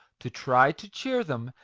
to try to cheer them,